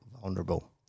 vulnerable